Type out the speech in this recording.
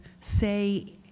say